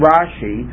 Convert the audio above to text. Rashi